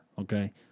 Okay